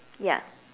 ya